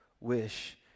wish